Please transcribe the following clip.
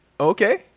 Okay